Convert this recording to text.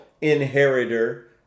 inheritor